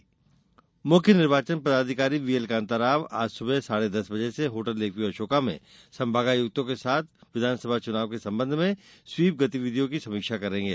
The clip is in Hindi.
चुनाव समीक्षा बैठक मुख्य निर्वाचन पदाधिकारी व्हीएलकान्ता राव आज सुबह साढ़े दस बजे से होटल लेकव्यू अशोका में संभागायुक्तों के साथ विधान सभा चुनाव के संबंध में स्वीप गतिविधियों की समीक्षा करेंगे